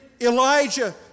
Elijah